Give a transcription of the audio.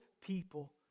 people